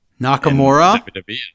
Nakamura